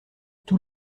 tous